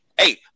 Hey